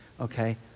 okay